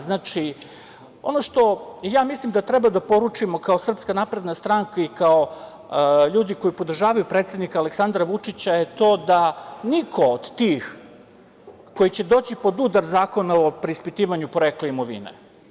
Znači, ono što ja mislim da treba da poručimo kao SNS i kao ljudi koji podržavaju predsednika Aleksandra Vučića, da je to da niko od tih koji će doći pod udar zakona o preispitivanju porekla imovine.